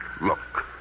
Look